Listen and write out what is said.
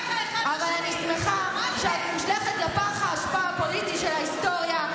אבל אני שמחה שאת מושלכת לפח האשפה הפוליטי של ההיסטוריה,